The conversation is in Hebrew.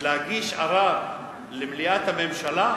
הוא להגיש ערר למליאת הממשלה.